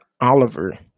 Oliver